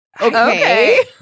Okay